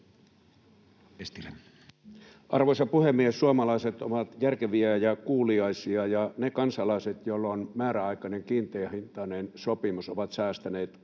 Arvoisa puhemies! Suomalaiset ovat järkeviä ja kuuliaisia. Ne kansalaiset, joilla on määräaikainen kiinteähintainen sopimus, ovat säästäneet